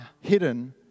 hidden